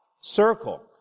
Circle